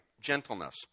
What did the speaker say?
gentleness